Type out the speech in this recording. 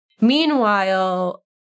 meanwhile